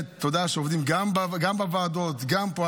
שעובדים גם בוועדות וגם פה.